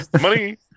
Money